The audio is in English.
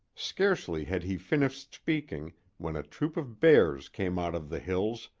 scarcely had he finished speaking when a troop of bears came out of the hills,